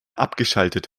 abgeschaltet